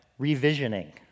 revisioning